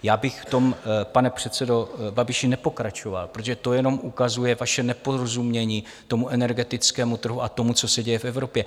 Já bych v tom, pane předsedo Babiši, nepokračoval, protože to jenom ukazuje vaše neporozumění energetickému trhu a tomu, co se děje v Evropě.